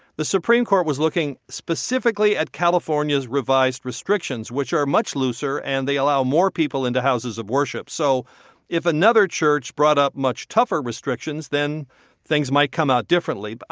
the supreme court was looking specifically at california's revised restrictions, which are much looser and they allow more people into houses of worship. so if another church brought up much tougher restrictions, then things might come out differently.